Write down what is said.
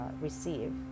receive